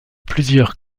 plusieurs